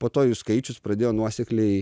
po to jų skaičius pradėjo nuosekliai